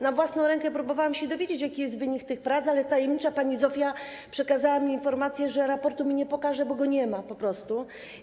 Na własną rękę próbowałam się dowiedzieć, jaki jest wynik tych prac, ale tajemnicza pani Zofia przekazała mi informację, że raportu mi nie pokaże, bo go po prostu nie ma.